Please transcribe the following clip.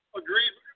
agreed